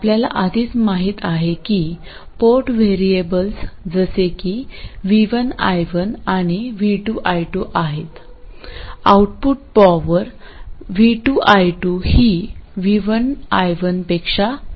आपल्याला आधीच माहित आहे की पोर्ट व्हेरिएबल्स जसे की v1 i1आणि v2 i2 आहेत आउटपुट पॉवर v2 i2 ही v1 i1 पेक्षा कमी आहे